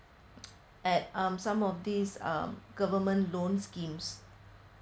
at um some of these um government loan schemes